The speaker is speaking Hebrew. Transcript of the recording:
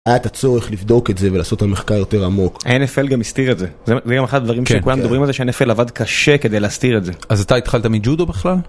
היה את הצורך לבדוק את זה ולעשות את המחקר יותר עמוק. הNFL גם הסתיר את זה, זה גם אחד הדברים שכולם מדברים על זה שהNFL עבד קשה כדי להסתיר את זה. אז אתה התחלת מג'ודו בכלל?